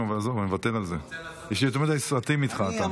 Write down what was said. בוודאות הוא מכיר.